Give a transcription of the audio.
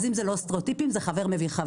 אז אם זה לא סטריאוטיפים, זה חבר מביא חבר.